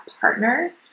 partner